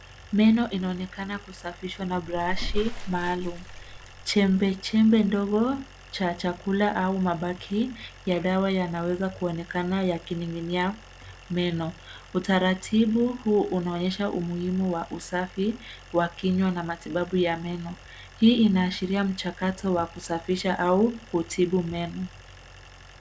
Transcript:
Meno inaonekana kusafishwa na brashi maalum. Chembechembe ndogo cha chakula au mabaki ya dawa yanaweza kuonekana yakining'inia meno. Utaratibu huu unaonyesha umuhimu wa usafi wa kinywa na matibabu ya meno. Hii inashiria mchakato wa kusafisha au kutibu meno.